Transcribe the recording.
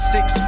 Six